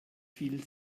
viel